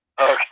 okay